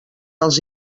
els